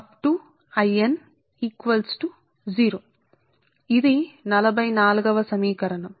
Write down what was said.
In 0 కు సమానం చేయవచ్చు ఇది సమీకరణం 44